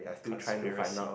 conspiracy